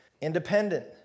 independent